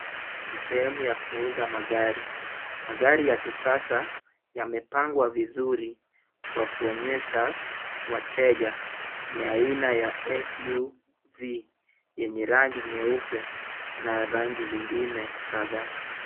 Ni sehemu ya kuuza magari. Magari ya kisasa yame pangwa vizuri kwa kuonyesha wateja ni aina ya SUV yenye rangi nyeupe na rangi zingine kadhaa.